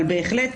אבל בהחלט,